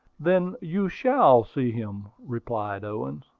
then you shall see him, replied owen.